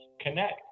Connect